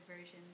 Version